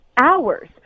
hours